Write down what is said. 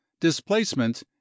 Displacement